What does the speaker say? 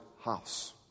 house